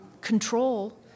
control